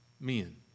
men